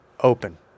open